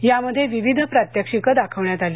यामध्ये विविध प्रात्यक्षिकं दाखवण्यात आली